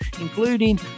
including